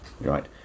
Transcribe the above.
Right